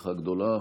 הצלחה גדולה.